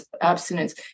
abstinence